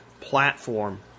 platform